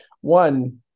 One